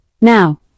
Now